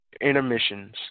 intermissions